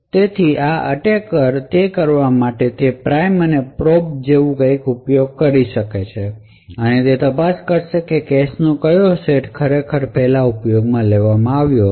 તેથી આ એટેકર તે કરવા માટે તે પ્રાઇમ અને પ્રોબ જેવું કંઈક ઉપયોગ કરશે અને તપાસ કરશે કે કેશ નો ક્યો સેટ ખરેખર પહેલા ઉપયોગમાં હતો